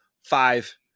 five